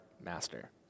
master